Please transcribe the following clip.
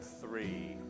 three